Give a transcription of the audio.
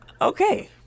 Okay